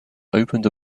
opened